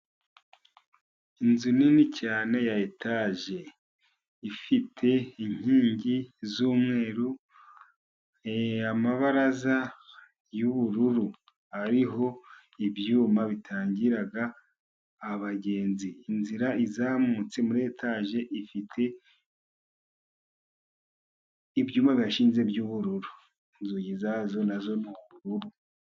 Inzu nini cyane ya etaje ifite inkingi z'umweru, amabaraza y'ubururu ariho ibyuma bitangira abagenzi. Inzira izamutse muri etaje ifite ibyuma bihashinze by'ubururu, inzugi zayo nazo ni ubururu.